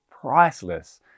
priceless